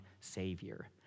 Savior